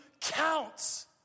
counts